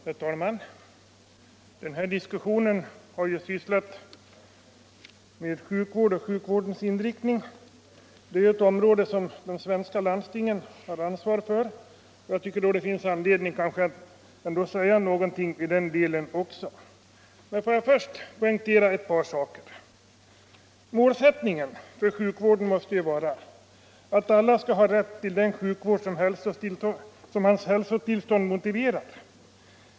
Herr talman! Den här diskussionen har handlat om sjukvård och sjukvårdens inriktning. Det är ett område som de svenska landstingen har ansvar för, och det finns anledning att säga något om den delen också. Får jag bara först poängtera ett par saker. Målsättningen för sjukvården måste vara att alla skall ha rätt till den sjukvård som hälsotillståndet motiverar.